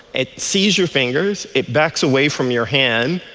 it sees your fingers, it backs away from your hand.